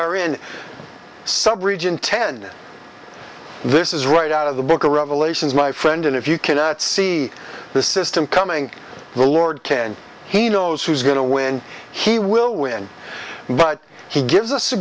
are in sub region ten this is right out of the book of revelations my friend and if you cannot see the system coming the lord can he knows who's going to win he will win but he gives us